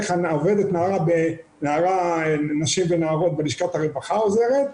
איך עובדת -- -בנשים ונערות בלשכת הרווחה עוזרת,